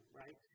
right